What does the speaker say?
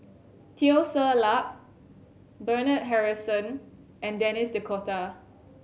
Teo Ser Luck Bernard Harrison and Denis D'Cotta